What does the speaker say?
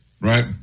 Right